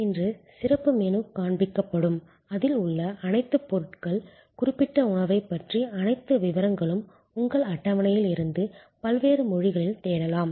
இன்று சிறப்பு மெனு காண்பிக்கப்படும் அதில் உள்ள அனைத்து பொருட்கள் குறிப்பிட்ட உணவைப் பற்றிய அனைத்து விவரங்களும் உங்கள் அட்டவணையில் இருந்து பல்வேறு மொழிகளில் தேடலாம்